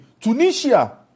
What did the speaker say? Tunisia